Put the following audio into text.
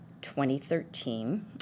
2013